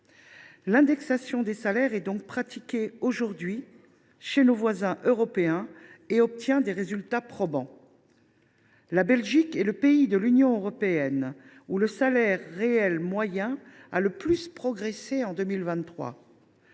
L’indexation des salaires est donc pratiquée aujourd’hui chez nos voisins européens et permet d’obtenir des résultats probants. La Belgique est le pays de l’Union européenne où le salaire réel moyen a le plus progressé en 2023,